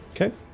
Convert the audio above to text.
Okay